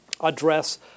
address